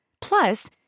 Plus